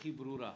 הכי ברורה,